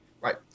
right